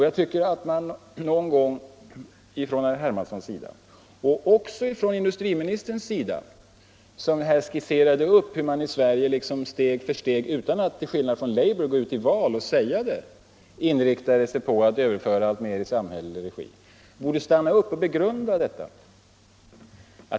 Jag tycker att herr Hermansson och också industriministern — som här skisserade upp hur man i Sverige liksom steg för steg, utan att som labour gå ut i val och säga det, inriktade sig på att överföra alltmer i samhällelig regi — något borde stanna upp och begrunda detta.